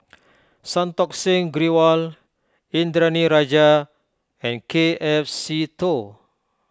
Santokh Singh Grewal Indranee Rajah and K F Seetoh